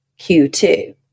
Q2